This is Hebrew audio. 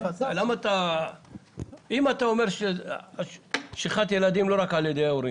אתה אומר שיש שכחת ילדים לא רק על ידי ההורים.